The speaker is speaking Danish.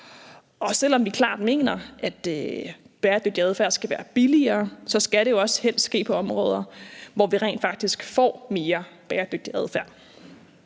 Selv om vi klart mener, at bæredygtig adfærd skal være billigere, skal det jo også helst ske på områder, hvor vi rent faktisk får mere bæredygtig adfærd.